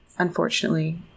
Unfortunately